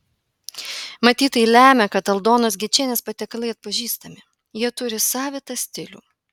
matyt tai lemia kad aldonos gečienės patiekalai atpažįstami jie turi savitą stilių